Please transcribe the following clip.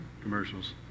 commercials